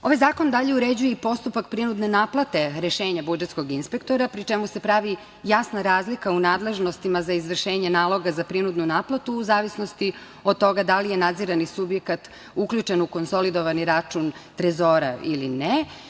Ovaj zakon dalje uređuje i postupak prinudne naplate rešenja budžetskog inspektora, pri čemu se pravi jasna razlika u nadležnostima za izvršenje naloga za prinudnu naplatu u zavisnosti od toga da li je nadzirani subjekat uključen u konsolidovani račun Trezora ili ne.